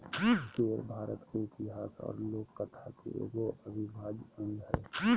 पेड़ भारत के इतिहास और लोक कथा के एगो अविभाज्य अंग हइ